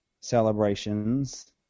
celebrations